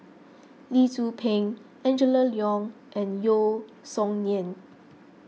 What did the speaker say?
Lee Tzu Pheng Angela Liong and Yeo Song Nian